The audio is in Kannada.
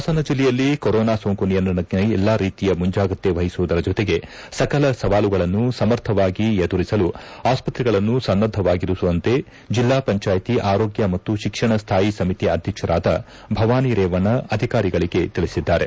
ಹಾಸನ ಜಲ್ಲೆಯಲ್ಲಿ ಕೊರೋನಾ ಸೋಂಕು ನಿಯಂತ್ರಣಕ್ಕೆ ಎಲ್ಲಾ ರೀತಿಯ ಮುಂಜಾಗ್ರತೆ ವಹಿಸುವುದರ ಜೊತೆಗೆ ಸಕಲ ಸವಾಲುಗಳನ್ನು ಸಮರ್ಥವಾಗಿ ಎದುರಿಸಲು ಆಸ್ತ್ರೆಗಳನ್ನು ಸನ್ನದ್ದವಾಗಿರಿಸುವಂತೆ ಜಿಲ್ಲಾ ಪಂಜಾಯ್ತಿ ಆರೋಗ್ಯ ಮತ್ತು ಶಿಕ್ಷಣ ಸ್ಯಾಯಿ ಸಮಿತಿ ಅಧ್ಯಕ್ಷರಾದ ಭವಾನಿ ರೇವಣ್ಣ ಅಧಿಕಾರಿಗಳಿಗೆ ತಿಳಿಸಿದ್ದಾರೆ